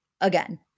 again